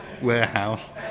warehouse